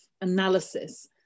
analysis